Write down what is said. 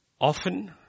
often